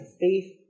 faith